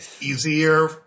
easier